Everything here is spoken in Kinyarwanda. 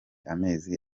amezi